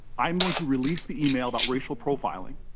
i'm going to release the email about racial profiling.